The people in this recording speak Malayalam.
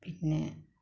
പിന്നെ